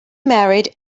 married